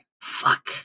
Fuck